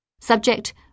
Subject